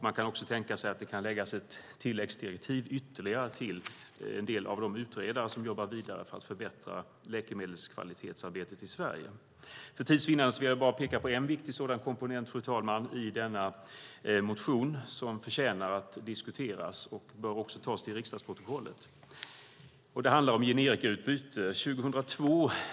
Man kan också tänka sig ett tilläggsdirektiv till en del av de utredare som jobbar vidare för att förbättra läkemedelskvalitetsarbetet i Sverige. Jag ska peka på en viktig komponent i motionen som förtjänar att diskuteras och tas till protokollet. Det handlar om generikautbyte.